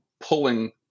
pulling